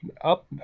up